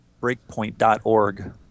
Breakpoint.org